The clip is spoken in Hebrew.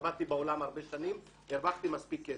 עבדתי בעולם הרבה שנים והרווחתי מספיק.